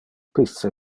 pisce